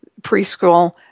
preschool